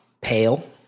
pale